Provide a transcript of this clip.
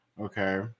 Okay